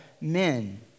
men